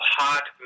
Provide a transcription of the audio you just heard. hot